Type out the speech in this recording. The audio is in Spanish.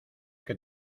que